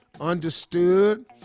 Understood